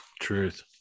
Truth